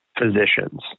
physicians